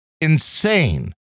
insane